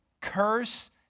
curse